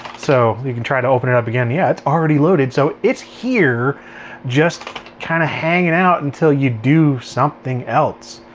so you can try to open it up again. yeah, it's already loaded. so it's here just kind of hanging out until you do something else.